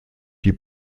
die